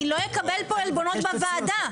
אני לא אקבל פה עלבונות בוועדה.